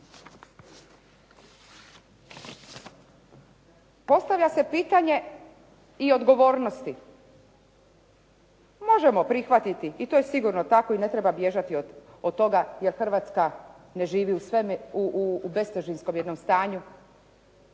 Postavlja se pitanje i odgovornosti. Možemo prihvatiti, i to je sigurno tako i ne treba bježati od toga jer Hrvatska ne živi u bestežinskom jednom stanju